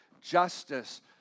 justice